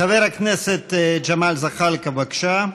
חבר הכנסת ג'מאל זחאלקה, בבקשה.